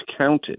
counted